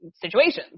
situations